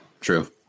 true